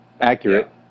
Accurate